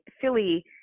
Philly